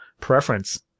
preference